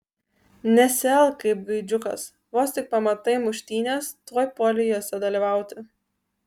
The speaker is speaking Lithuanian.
nesielk kaip gaidžiukas vos tik pamatai muštynes tuoj puoli jose dalyvauti